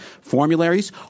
formularies